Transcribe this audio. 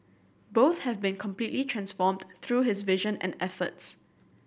both have been completely transformed through his vision and efforts